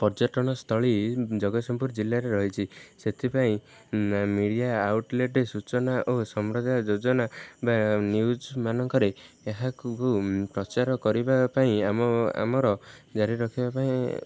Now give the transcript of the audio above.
ପର୍ଯ୍ୟଟନସ୍ଥଳୀ ଜଗତସିଂହପୁର ଜିଲ୍ଲାରେ ରହିଛି ସେଥିପାଇଁ ମିଡିଆ ଆଉଟଲେଟ ସୂଚନା ଓ ସମ୍ପ୍ରଦାୟ ଯୋଜନା ବା ନ୍ୟୁଜମାନଙ୍କରେ ଏହାକୁ ପ୍ରଚାର କରିବା ପାଇଁ ଆମ ଆମର ଜାରି ରଖିବା ପାଇଁ